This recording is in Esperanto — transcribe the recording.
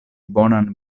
bonan